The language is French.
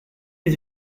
des